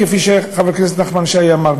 כפי שחבר הכנסת נחמן שי אמר.